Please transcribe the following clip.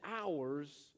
hours